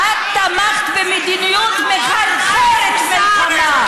את תמכת במדיניות מחרחרת מלחמה.